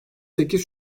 sekiz